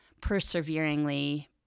perseveringly